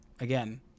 again